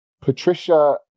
patricia